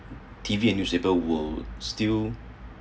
T_V and newspaper would still